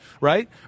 right